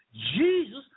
Jesus